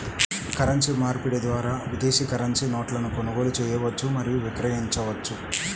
currency మార్పిడి ద్వారా విదేశీ కరెన్సీ నోట్లను కొనుగోలు చేయవచ్చు మరియు విక్రయించవచ్చు